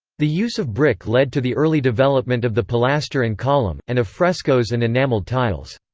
the use of brick led to the early development of the pilaster and column, and of frescoes and enameled tiles.